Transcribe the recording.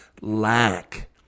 lack